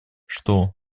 что